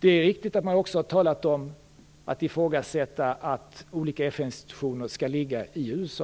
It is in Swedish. Det är riktigt att man också har talat om att ifrågasätta att olika FN-institutioner skall ligga i USA.